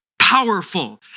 powerful